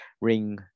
Ring